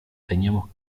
teníamos